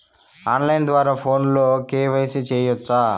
on line ద్వారా ఫోనులో KYC సేయొచ్చా